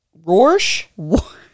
rorsch